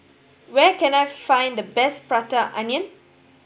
where can I find the best Prata Onion